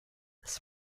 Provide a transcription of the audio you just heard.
this